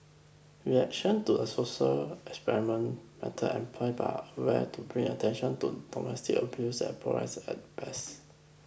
reaction to a social experiment method employed by Aware to bring attention to domestic abuse is polarised at best